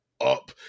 up